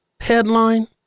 headline